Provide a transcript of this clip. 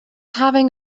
having